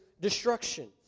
destruction